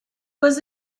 was